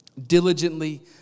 diligently